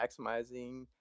maximizing